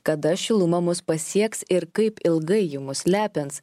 kada šiluma mus pasieks ir kaip ilgai ji mus lepins